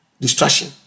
Distraction